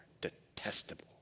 detestable